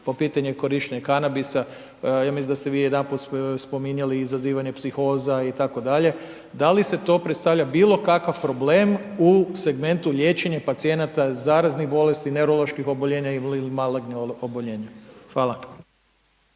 po pitanju korištenja kanabisa, ja mislim da ste vi jedanput spominjali izazivanje psihoza itd., da li sad to predstavlja bilo kakav problem u segmentu liječenja pacijenata, zaraznih bolesti, neuroloških oboljenja ili malignih oboljenja? Hvala.